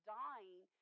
dying